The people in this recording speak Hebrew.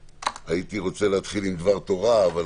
הייתי רוצה להתחיל עם דבר תורה, אבל